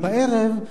אבל בערב,